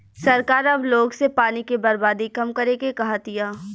सरकार अब लोग से पानी के बर्बादी कम करे के कहा तिया